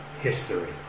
history